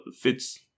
fits